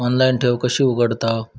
Online ठेव कशी उघडतलाव?